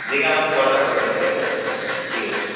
দেখে আমাকে কলটা করবেন ঠিক আছে ঠিক আছে